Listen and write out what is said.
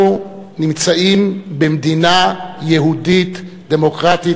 אנחנו נמצאים במדינה יהודית-דמוקרטית,